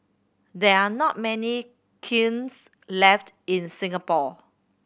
there are not many kilns left in Singapore